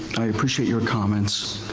i appreciate your comments,